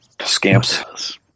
Scamps